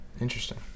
Interesting